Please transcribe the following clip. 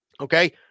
Okay